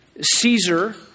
Caesar